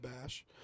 Bash